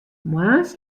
moarns